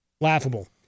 laughable